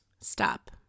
Stop